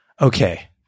Okay